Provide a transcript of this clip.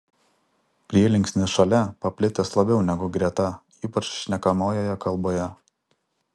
prielinksnis šalia paplitęs labiau negu greta ypač šnekamojoje kalboje